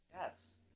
Yes